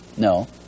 No